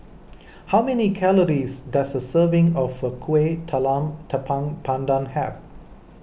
how many calories does a serving of Kuih Talam Tepong Pandan have